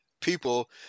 people